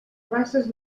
places